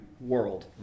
world